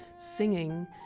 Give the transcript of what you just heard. Singing